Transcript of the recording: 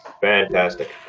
Fantastic